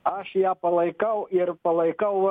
aš ją palaikau ir palaikau